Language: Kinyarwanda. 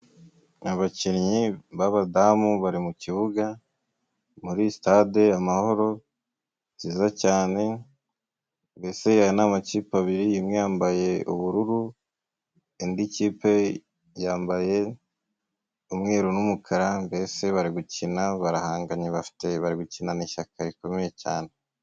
Abakinnyi b'abadamu bari mu kibuga muri sitade Amahoro， nziza cyane mbese aya ni amakipe abiri imwe yambaye ubururu，indi kipe yambaye umweru n'umukara， mbese bari gukina，barahanganye， bari gukinana ishyaka rikomeye cyane.